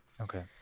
okay